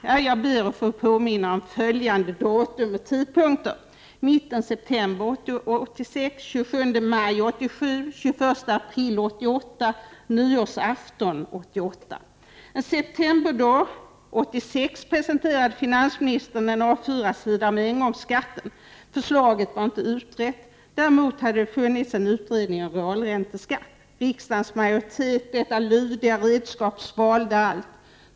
Ja, jag ber att få påminna om följande datum och tidpunkter: En septemberdag 1986 presenterade finansministern på en A4-sida den s.k. ”engångsskatten”. Förslaget var inte utrett. Däremot hade det funnits en utredning om realränteskatt. Riksdagens majoritet — detta lydiga redskap — svalde allt.